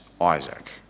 Isaac